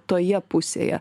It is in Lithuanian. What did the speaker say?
toje pusėje